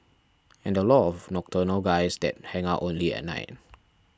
and a lot of nocturnal guys that hang out only at night